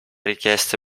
richieste